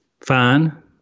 fine